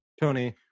Tony